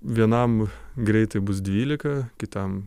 vienam greitai bus dvylika kitam